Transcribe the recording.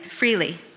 freely